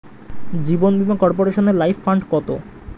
জীবন বীমা কর্পোরেশনের life fund কত?